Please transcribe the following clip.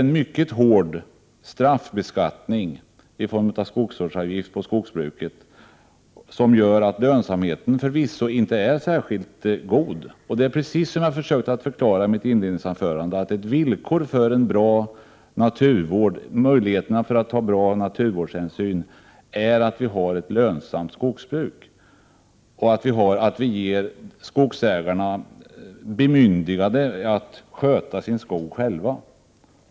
En mycket hård straffbeskattning i form av skogsvårdsavgift på skogsbruket gör att lönsamheten förvisso inte är särskilt god. Som jag försökte förklara i mitt inledningsanförande är ett villkor för möjligheterna att ta bra naturvårdshänsyn att vi har ett lönsamt skogsbruk och att vi ger skogsägarna bemyndigande att själva sköta sin skog.